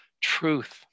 truth